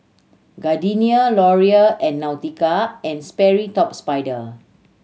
Gardenia Laurier and Nautica and Sperry Top Sider